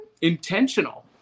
intentional